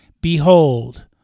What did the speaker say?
Behold